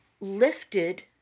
lifted